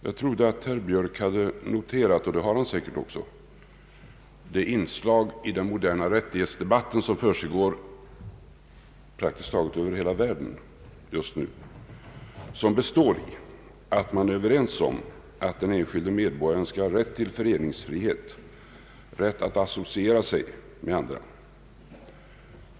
Jag trodde att herr Björk noterat — och det har han säkert också — det inslag i den moderna rättighetsdebatt som försiggår praktiskt taget över hela världen just nu och som består i att man är överens om att den enskilde medborgaren skall ha rätt till föreningsfrihet, rätt att associera sig med andra.